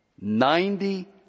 ninety